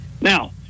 Now